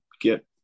get